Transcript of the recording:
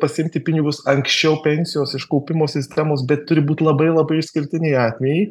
pasiimti pinigus anksčiau pensijos iš kaupimo sistemos bet turi būti labai labai išskirtiniai atvejai